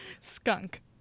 Skunk